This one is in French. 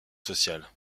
sociales